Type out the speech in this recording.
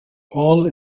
paul